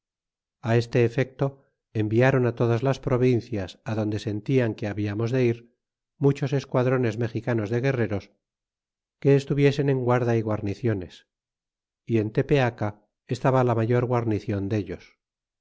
este efecto environ todas las provincias adonde sentian que habiarnos de ir muchos esquadrones mexicanos de guerreros que estuviesen en guarda y guarniciones y en tepeaca estaba la rationes de